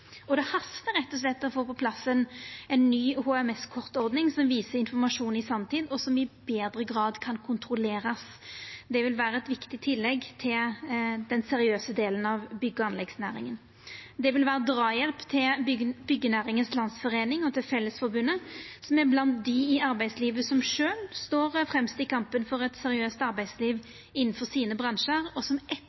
Det hastar rett og slett med å få på plass ei ny HMS-kortordning som viser informasjon i sanntid, og som i større grad kan kontrollerast. Det vil vera eit viktig tillegg til den seriøse delen av bygg- og anleggsnæringa. Det vil vera draghjelp til Byggenæringens Landsforening og til Fellesforbundet, som er blant dei i arbeidslivet som står fremst i kampen for eit seriøst arbeidsliv innanfor sine bransjar, og som